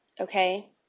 okay